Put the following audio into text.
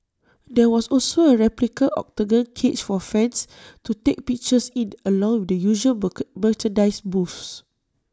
there was also A replica Octagon cage for fans to take pictures in along with the usual merchandise booths